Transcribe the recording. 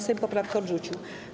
Sejm poprawkę odrzucił.